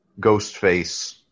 Ghostface